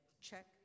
Check